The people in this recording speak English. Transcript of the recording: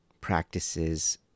practices